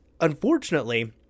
unfortunately